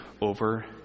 over